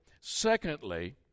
Secondly